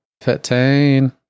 Fifteen